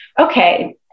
okay